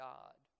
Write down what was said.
God